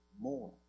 more